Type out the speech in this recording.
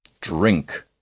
Drink